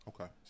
Okay